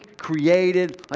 created